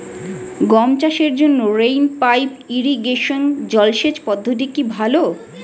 গম চাষের জন্য রেইন পাইপ ইরিগেশন জলসেচ পদ্ধতিটি কি ভালো?